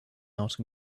out